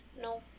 No